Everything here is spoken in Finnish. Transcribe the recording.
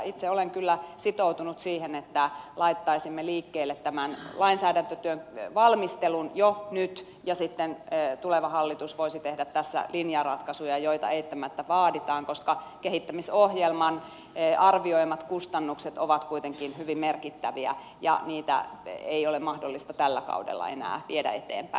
itse olen kyllä sitoutunut siihen että laittaisimme liikkeelle tämän lainsäädäntötyön valmistelun jo nyt ja sitten tuleva hallitus voisi tehdä tässä linjaratkaisuja joita eittämättä vaaditaan koska kehittämisohjelmassa arvioidut kustannukset ovat kuitenkin hyvin merkittäviä ja niitä ei ole mahdollista tällä kaudella enää viedä eteenpäin